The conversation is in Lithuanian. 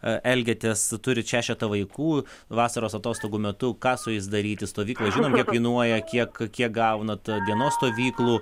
elgiatės turit šešetą vaikų vasaros atostogų metu ką su jais daryti stovyklos žinom kiek kainuoja kiek kiek gaunat dienos stovyklų